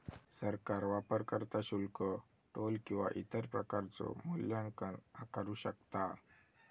सरकार वापरकर्ता शुल्क, टोल किंवा इतर प्रकारचो मूल्यांकन आकारू शकता